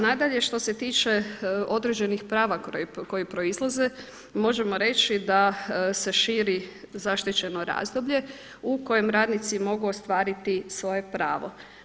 Nadalje što se tiče određenih prava koje proizlaze možemo reći da se širi zaštićeno razdoblje u kojem radnici mogu ostvariti svoje pravo.